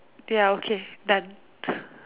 ya okay done